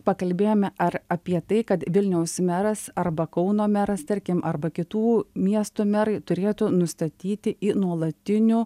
pakalbėjome ar apie tai kad vilniaus meras arba kauno meras tarkim arba kitų miestų merai turėtų nustatyti į nuolatinių